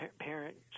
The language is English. parents